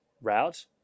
route